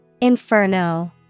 Inferno